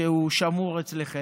שהוא שמור אצלכם.